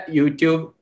YouTube